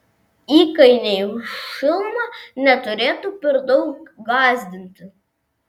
įkainiai už šilumą neturėtų per daug gąsdinti